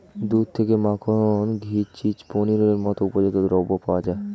দুধ থেকে মাখন, ঘি, চিজ, পনিরের মতো উপজাত দ্রব্য পাওয়া যায়